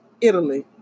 Italy